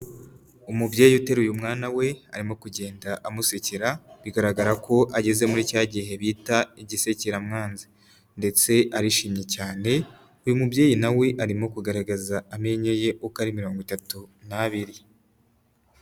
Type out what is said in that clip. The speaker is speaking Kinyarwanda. Umubyeyi uteruye mwana we arimo kugenda amusekera, bigaragara ko ageze muri cya gihe bita igisekeramwanzi, ndetse arishimye cyane. Uyu mubyeyi nawe arimo kugaragaza amenyo ye uko ari mirongo itatu n'abiri.